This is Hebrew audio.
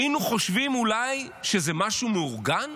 היינו חושבים אולי שזה משהו מאורגן?